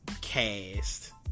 cast